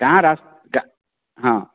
ଗାଁ ରାସ୍ତା ଗାଁ ହଁ